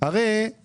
אני